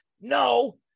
No